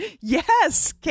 Yes